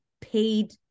paid